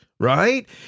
Right